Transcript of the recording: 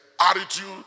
attitude